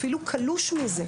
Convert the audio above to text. אפילו קלוש מזה,